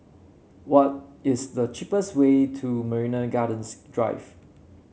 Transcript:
what is the cheapest way to Marina Gardens Drive